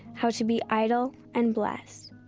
how to be idle and blessed,